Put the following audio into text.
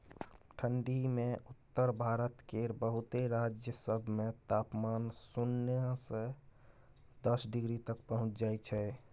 ठंढी मे उत्तर भारत केर बहुते राज्य सब मे तापमान सुन्ना से दस डिग्री तक पहुंच जाइ छै